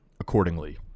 accordingly